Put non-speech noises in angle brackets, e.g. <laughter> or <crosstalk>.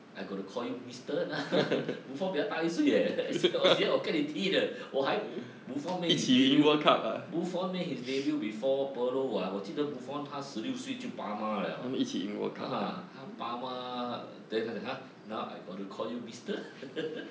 I got to call you mister <laughs> buffon 比他大一岁鞋我跟你踢的我还 buffon made his debut buffon made his debut before pirlo [what] 我记得 buffon 他十六岁就 parma liao uh 他 parma then 他讲 !huh! now I got do you call you mister <laughs>